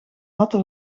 natte